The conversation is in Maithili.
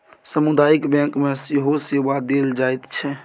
सामुदायिक बैंक मे सेहो सेवा देल जाइत छै